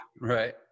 Right